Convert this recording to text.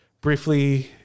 briefly